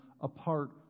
apart